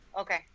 okay